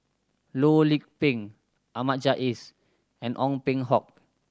Loh Lik Peng Ahmad Jais and Ong Peng Hock